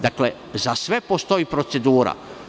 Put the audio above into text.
Dakle, za sve postoji procedura.